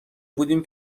بودیم